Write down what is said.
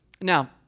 Now